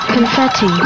Confetti